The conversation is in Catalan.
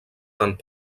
tant